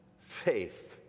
faith